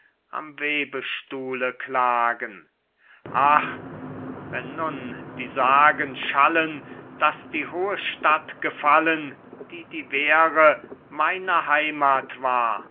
am webestuhle klagen ach wenn nun die sagen schallen daß die hohe stadt gefallen die die wehre meiner heimath war